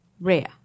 Rare